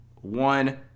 one